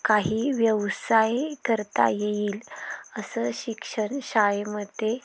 काही व्यवसाय करता येईल असं शिक्षण शाळेमध्ये